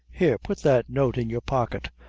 here, put that note in your pocket.